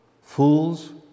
Fools